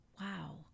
Wow